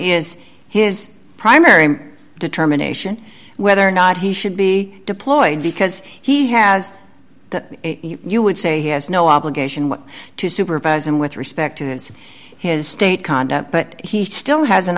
is his primary determination whether or not he should be deployed because he has to you would say he has no obligation to supervise and with respect to his his state conduct but he still has an